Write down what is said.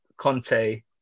Conte